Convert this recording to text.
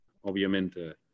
obviamente